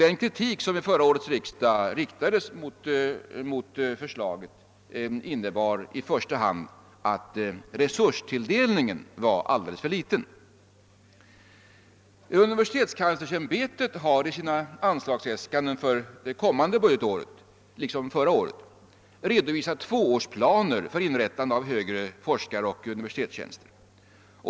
Den kritik som förra året riktades mot förslaget innebar i första hand att resurstilldelningen var alldeles för liten. Universitetskanslersämbetet har i sina anslagsäskanden för det kommande budgetåret i likhet med förra året redovisat tvåårsplaner för inrättande av högre forskaroch universitetstjänster.